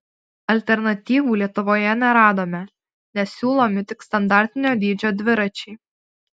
alternatyvų lietuvoje neradome nes siūlomi tik standartinio dydžio dviračiai